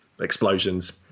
explosions